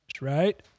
right